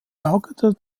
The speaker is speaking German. lagerte